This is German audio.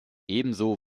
ebenso